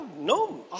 no